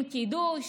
עם קידוש,